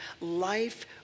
life